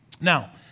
Now